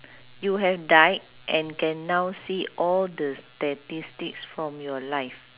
you have died and can now see all the statistics from your life